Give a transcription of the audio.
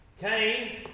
Cain